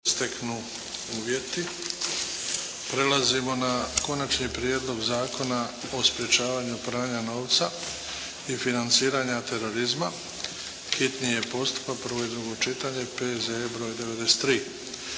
Luka (HDZ)** Prelazimo na - Konačni prijedlog Zakona o sprječavanju pranja novca i financiranja terorizma, hitni je postupak, prvo i drugo čitanje, P.Z.E. br. 92